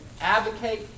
advocate